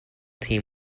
team